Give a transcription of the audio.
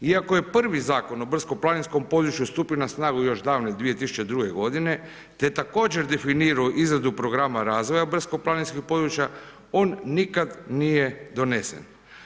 Iako je prvi Zakon o brdsko-planinskom području stupio na snagu još davne 2002. godine te također definirao izradu programa razvoja brdsko-planinskog područja on nikad nije donesen.